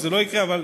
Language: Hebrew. שזה לא יקרה בה.